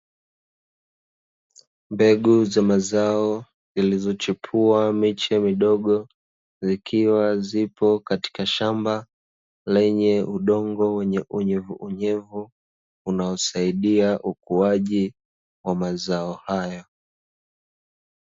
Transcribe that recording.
Mbegu za mazao zilizochipua miche midogo, zikiwa zipo katika shamba, lenye udongo wenye unyevuunyevu, unaosaida ukuaji wa mazao hayo.